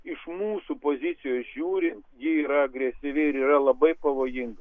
iš mūsų pozicijos žiūrint ji yra agresyvi ir yra labai pavojinga